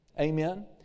Amen